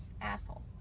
asshole